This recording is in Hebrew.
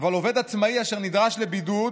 אבל עובד עצמאי אשר נדרש לבידוד